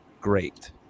Great